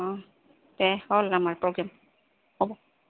অঁ দে হ'ল আমাৰ প্ৰগ্ৰেম হ'ব